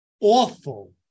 awful